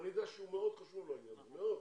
אני יודע שמאוד חשוב לו העניין הזה, מאוד,